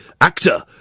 actor